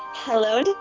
Hello